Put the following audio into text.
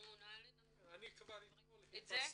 נעלה --- אני כבר אתמול חיפשתי.